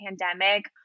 pandemic